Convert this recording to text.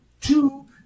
two